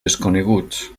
desconeguts